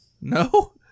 No